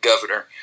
Governor